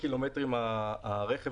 רוכש הרכב